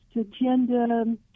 agenda